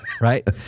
Right